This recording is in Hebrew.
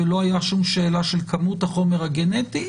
ולא הייתה שום שאלה של כמות החומר הגנטי.